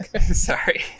Sorry